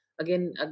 Again